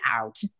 out